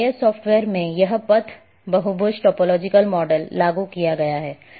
GIS software में यह पथ बहुभुज टॉपोलॉजिकल मॉडल लागू किया गया है